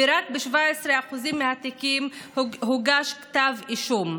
ורק ב-17% מהתיקים הוגש כתב אישום,